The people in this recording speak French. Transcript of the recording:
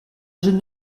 jeune